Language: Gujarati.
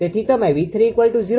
તેથી તમે 𝑉30